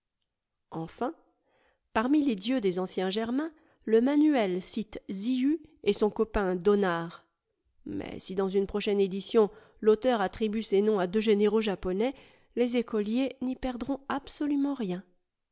enfin parmi les dieux des anciens germains le manuel cite ziu et son copain donar mais si dans une prochaine édition l'auteur attribue ces noms à deux généraux japonais les écoliers n'y perdront absolument rien